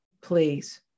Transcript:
please